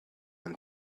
and